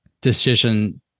decision